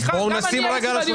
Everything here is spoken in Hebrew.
בואו נשים על השולחן.